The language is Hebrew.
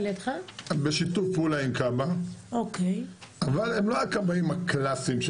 בשיתוף פעולה עם כב"ה, אבל הם לא הכבאים הקלאסיים,